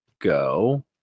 go